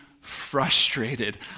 frustrated